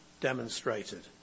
demonstrated